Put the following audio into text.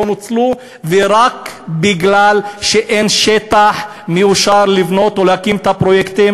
נוצלו רק בגלל שאין שטח מאושר לבנות או להקים את הפרויקטים?